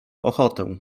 ochotę